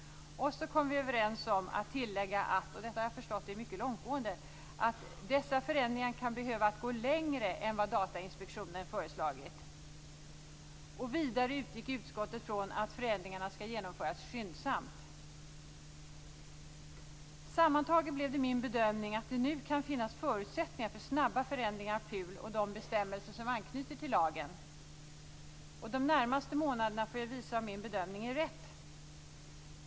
Vi kom också överens om att tillägga att - och jag har förstått att detta är mycket långtgående - "dessa förändringar kan behöva gå längre än vad Datainspektionen föreslagit". Vidare utgick utskottet från att förändringarna skall genomföras skyndsamt. Sammantaget blev det min bedömning att det nu kan finnas förutsättningar för snabba förändringar av PUL och de bestämmelser som anknyter till lagen. De närmaste månaderna får visa om min bedömningen är riktig.